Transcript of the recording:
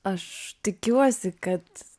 aš tikiuosi kad